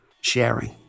sharing